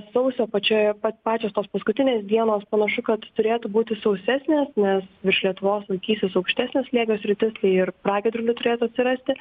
sausio pačioje pa pačios tos paskutinės dienos panašu kad turėtų būti sausesnės nes virš lietuvos laikysis aukštesnio slėgio sritis tai ir pragiedrulių turėtų atsirasti